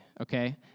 okay